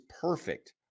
perfect